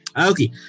okay